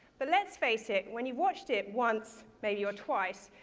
but let's face it, when you've watched it once maybe, or twice,